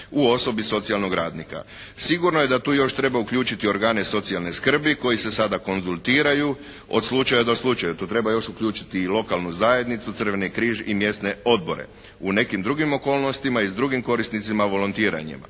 u osobi socijalnog radnika. Sigurno je da tu još treba uključiti organe socijalne skrbi koji se sada konzultiraju od slučaja do slučaja. Tu treba još uključiti i lokalnu zajednicu, Crveni križ i mjesne odbore, u nekim drugim okolnostima i s drugim korisnicima volontiranja.